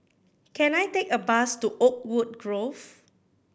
can I take a bus to Oakwood Grove